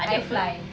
ifly